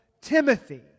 Timothy